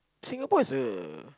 Singapore is a